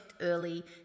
early